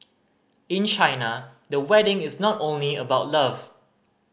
in China the wedding is not only about love